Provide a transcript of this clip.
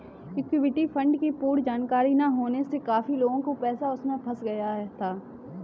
equity fund की पूर्ण जानकारी ना होने से काफी लोगों का पैसा उसमें फंस गया था